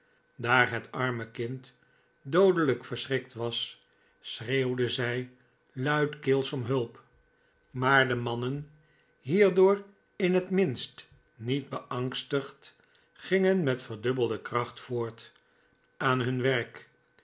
daar het arme kind doodelijk verschrikt was schreeuwde zij luidkeels om hulp maar de mannen hierdoor in het minst niet beangstigd gingen met verdubbelde kracht voort aan nun werk